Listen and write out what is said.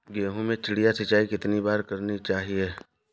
गेहूँ में चिड़िया सिंचाई कितनी बार करनी चाहिए?